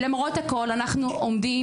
למרות הכל אנחנו עומדים,